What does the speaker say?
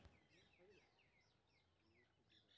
अभी मक्का के भाव केना क्विंटल हय?